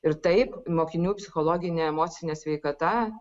ir taip mokinių psichologinė emocinė sveikata